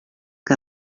que